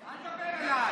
אל תדבר אליי.